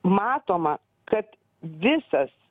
matoma kad visas